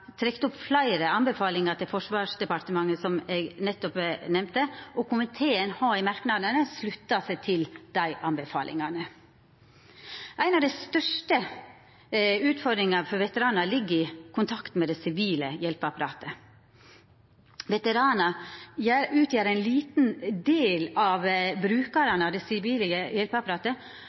trekt opp fleire tilrådingar til Forsvarsdepartementet, som eg nettopp nemnde, og komiteen har i merknadene slutta seg til tilrådingane. Ei av dei største utfordringane for veteranar ligg i kontakten med det sivile hjelpeapparatet. Veteranar utgjer ein liten del av brukarane av det sivile hjelpeapparatet, og då kan dei